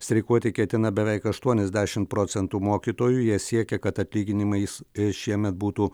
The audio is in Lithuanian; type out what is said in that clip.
streikuoti ketina beveik aštuoniasdešim procentų mokytojų jie siekia kad atlyginimais šiemet būtų